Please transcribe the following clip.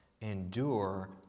endure